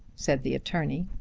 said the attorney.